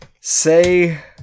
Say